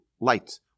light